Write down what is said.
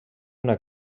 una